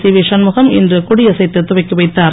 CV Shanmugam இன்று கொடியசைத்து துவக்கி வைத்தார்